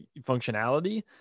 functionality